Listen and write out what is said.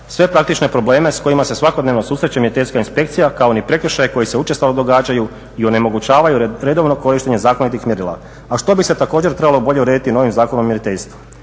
sve praktične probleme s kojima se svakodnevno susreće Mjeriteljska inspekcija kao ni prekršaji koji se učestalo događaju i onemogućavaju redovno korištenje zakonitih mjerila, a što bi se također trebalo bolje urediti novim Zakonom o mjeriteljstvu.